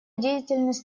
деятельность